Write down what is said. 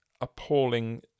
appalling